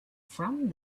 from